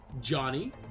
Johnny